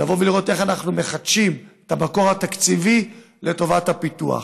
כדי לראות איך אנחנו מחדשים את המקור התקציבי לטובת הפיתוח.